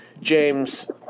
james